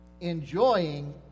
enjoying